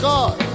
God